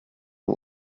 who